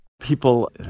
People